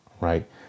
right